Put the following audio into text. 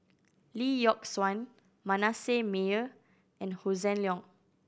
Lee Yock Suan Manasseh Meyer and Hossan Leong